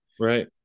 Right